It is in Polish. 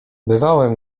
bywałem